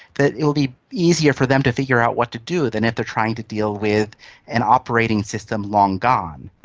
that it will be easier for them to figure out what to do than if they are trying to deal with an operating system long gone.